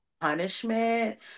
punishment